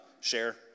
Share